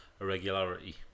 irregularity